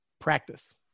Practice